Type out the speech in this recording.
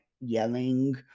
yelling